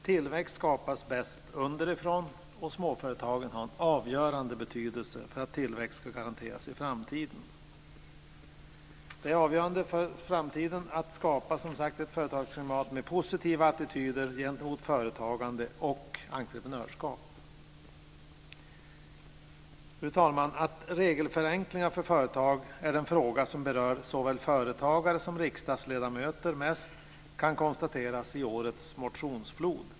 Tillväxt skapas bäst underifrån, och småföretagen har en avgörande betydelse för att tillväxt ska garanteras i framtiden. Det avgörande för framtiden är att skapa ett företagsklimat med positiva attityder gentemot företagande och entreprenörskap. Fru talman! Att regelförenklingar för företag är en fråga som berör såväl företagare som riksdagsledamöter kan konstateras i årets motionsflod.